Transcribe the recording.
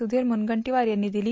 सुधीर मुनगंटीवार यांनी दिली